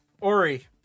Ori